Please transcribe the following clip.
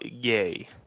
Gay